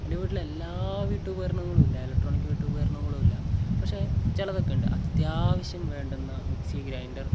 എൻ്റെ വീട്ടിൽ എല്ലാ വീട്ടുപകരണങ്ങളുമില്ല ഇലക്ട്രോണിക് വീട്ടുപകരണങ്ങളുമില്ല പക്ഷേ ചിലതൊക്കെ ഉണ്ട് അത്യാവശ്യം വേണ്ടുന്ന മിക്സി ഗ്രൈൻഡർ